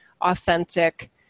authentic